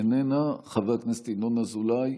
איננה, חבר הכנסת ינון אזולאי,